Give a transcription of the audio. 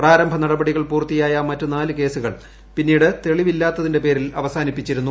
പ്രാരംഭ നടപടികൾ പൂർത്തിയായ മറ്റ് നാല് കേസുകൾ പിന്നീട് തെളിവില്ലാത്തതിന്റെ പേരിൽ അവസാനിപ്പിച്ചിരുന്നു